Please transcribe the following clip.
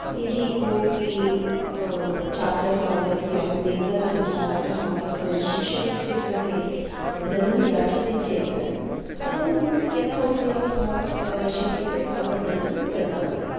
यदि कोपि छात्रः आगत्य निर्धनः छात्रः आगत्य शिक्षणस्य कृते धनं याचते चेत् अहं यथा मया शक्यते तावत् धनं ददामि